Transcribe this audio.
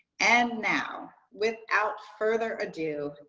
and now without further ado,